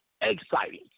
exciting